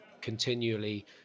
continually